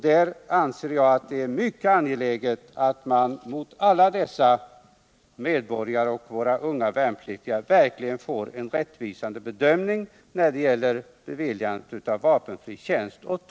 Jag anser att det är mycket angeläget att alla dessa unga medborgare och värnpliktiga verkligen får en rättvis bedömning vid beviljande av vapenfri tjänst.